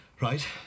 Right